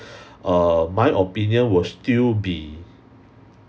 err my opinion will still be